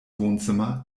wohnzimmer